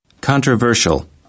Controversial